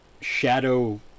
shadow